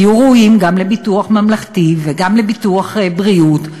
ויהיו ראויים גם לביטוח לאומי וגם לביטוח בריאות.